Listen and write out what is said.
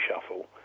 Shuffle